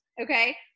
Okay